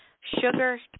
sugar